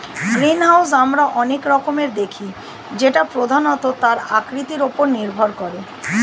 greenhouse আমরা অনেক রকমের দেখি যেটা প্রধানত তার আকৃতির ওপর নির্ভর করে